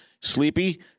sleepy